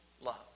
love